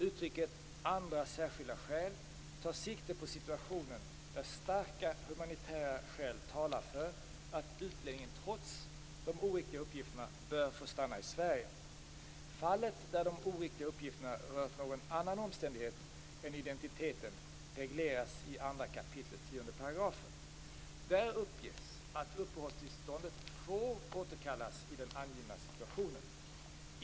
Uttrycket "andra särskilda skäl" tar sikte på situationen där starka humanitära skäl talar för att utlänningen trots de oriktiga uppgifterna bör få stanna i Sverige. Fallet där de oriktiga uppgifterna rört någon annan omständighet än identiteten regleras i 2 kap. 10 §. Där anges att uppehållstillståndet får återkallas i den angivna situationen.